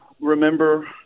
remember